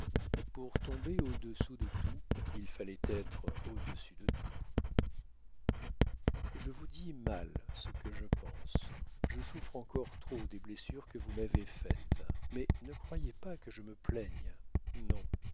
pour tomber au-dessous de tout il fallait être au-dessus de tout je vous dis mal ce que je pense je souffre encore trop des blessures que vous m'avez faites mais ne croyez pas que je me plaigne non